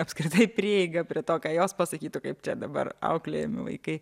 apskritai prieiga prie to ką jos pasakytų kaip čia dabar auklėjami vaikai